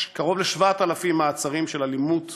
קרוב ל-7,000 מעצרים על אלימות